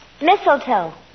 Mistletoe